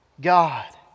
God